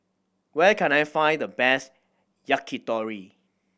where can I find the best Yakitori